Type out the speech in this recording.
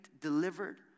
delivered